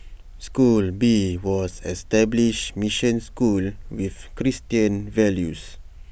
school B was an established mission school with Christian values